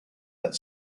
that